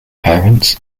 parents